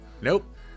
Nope